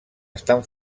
estan